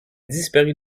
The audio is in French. disparut